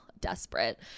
desperate